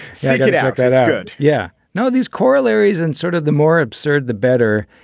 like yeah like that's good. yeah no. these corollaries in sort of the more absurd the better.